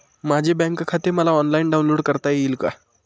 माझे बँक खाते मला ऑनलाईन डाउनलोड करता येईल का?